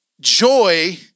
joy